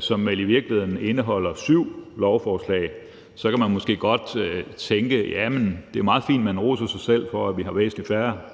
som vel i virkeligheden indeholder syv lovforslag, så kan man måske godt tænke, at det er meget fint, at man roser sig selv for, at der er væsentlig færre